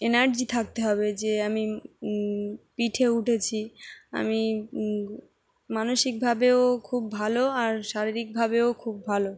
energy থাকতে হবে যে আমি পিঠে উঠেছি আমি মানসিকভাবেও খুব ভালো আর শারীরিকভাবেও খুব ভালো